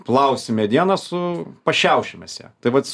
plausi medieną su pašiaušim mes ją tai vats